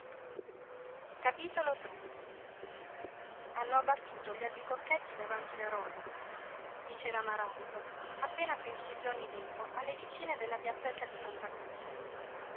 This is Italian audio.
faranno patire hanno abbattuto gli albicocchetti davanti la roba diceva maràbito appena quindici giorni dopo alle vicine della piazzetta di santa croce